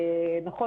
נכון,